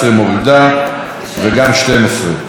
וגם את הסתייגות 12. לכן,